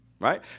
Right